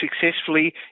Successfully